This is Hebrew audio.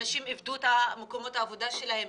אנשים איבדו את מקומות העבודה שלהם,